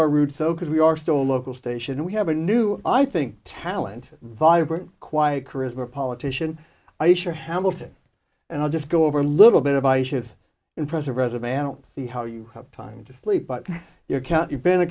our roots so because we are still a local station we have a new i think talent vibrant quiet charisma politician a sure hamilton and i'll just go over a little bit of ice his impressive resume i don't see how you have time to sleep but your count you've been a